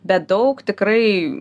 bet daug tikrai